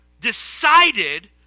decided